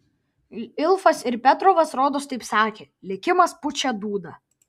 ilfas ir petrovas rodos taip sakė likimas pučia dūdą